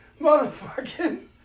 motherfucking